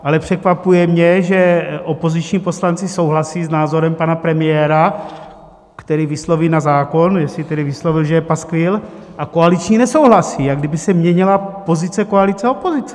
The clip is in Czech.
Ale překvapuje mě, že opoziční poslanci souhlasí s názorem pana premiéra, který vysloví na zákon, jestli tedy vyslovil, že je paskvil, a koaliční nesouhlasí, jak kdyby se měnila pozice koalice a opozice.